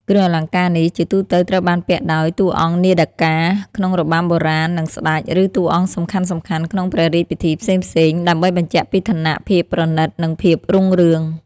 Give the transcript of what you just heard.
គ្រឿងអលង្ការនេះ ជាទូទៅត្រូវបានពាក់ដោយ តួអង្គនាដកា ក្នុងរបាំបុរាណ និង ស្តេច ឬតួអង្គសំខាន់ៗក្នុងព្រះរាជពិធីផ្សេងៗ ដើម្បីបញ្ជាក់ពីឋានៈ ភាពប្រណីត និងភាពរុងរឿង។